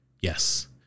Yes